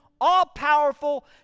all-powerful